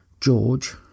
George